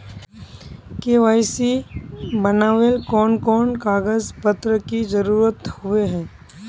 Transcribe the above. KYC बनावेल कोन कोन कागज पत्र की जरूरत होय है?